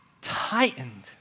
tightened